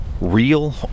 real